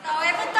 אתה אוהב אותם?